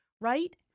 right